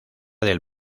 del